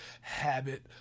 habit